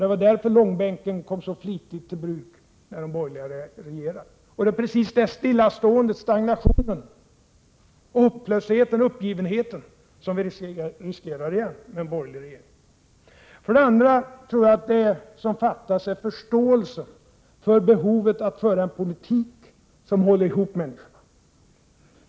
Det var därför som långbänken kom så flitigt i bruk när de borgerliga regerade. Det är just stillaståendet, stagnationen, hopplösheten och uppgivenheten som vi riskerar att få, om vi på nytt får en borgerlig regering. För det andra tror jag att det saknas förståelse för behovet av att föra en politik som håller ihop människorna.